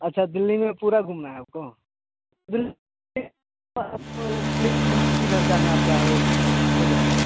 अच्छा दिल्ली में पूरा घूमना है आपको दिल्ली में घर जाना है आपका वैसे हो जाएगा